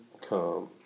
come